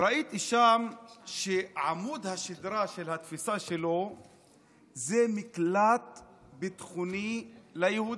ראיתי שם שעמוד השדרה של התפיסה שלו זה מקלט ביטחוני ליהודים.